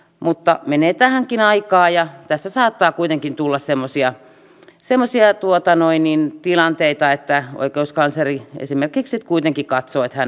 mutta menee tähänkin aikaa ja tässä saattaa kuitenkin tulla semmoisia tilanteita että oikeuskansleri esimerkiksi sitten kuitenkin katsoo että hän haluaa sen ratkaista